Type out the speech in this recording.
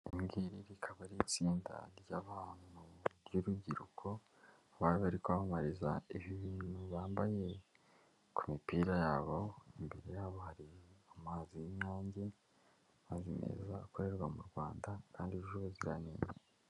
Iri ngiri rikaba ari itsinda ry'abantu ry'urubyiruko baba bari kwamamariza ibi bintu bambaye ku mipira yabo, imbere yabo hari amazi y'inyange amazi meza akorerwa mu Rwanda kandi yujuje ubuziranenge.